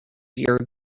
your